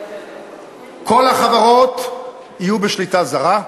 כל החברות יהיו בשליטה זרה,